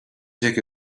take